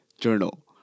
journal